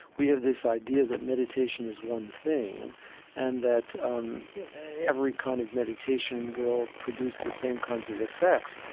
we have this idea that meditation is one thing and that um every kind of meditation will produce the same kinds of effects,